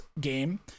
game